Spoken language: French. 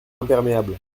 imperméable